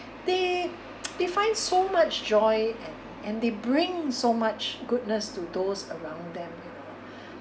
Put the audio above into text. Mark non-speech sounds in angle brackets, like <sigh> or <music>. they <noise> they find so much joy and and they bring so much goodness to those around them